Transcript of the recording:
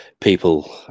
People